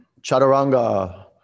Chaturanga